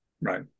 Right